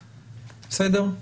בסדר?